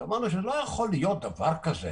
לא יכול להיות דבר כזה